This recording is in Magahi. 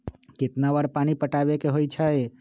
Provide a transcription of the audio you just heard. कितना बार पानी पटावे के होई छाई?